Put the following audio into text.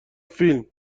فیلم، زنگ